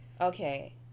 Okay